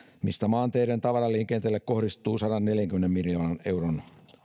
mistä maanteiden tavaraliikenteelle kohdistuu sadanneljänkymmenen miljoonan euron